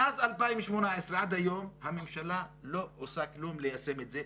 מאז 2018 עד היום הממשלה לא עושה כלום ליישם את זה,